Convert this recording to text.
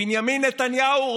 בנימין נתניהו,